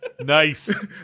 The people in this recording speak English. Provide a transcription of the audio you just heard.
Nice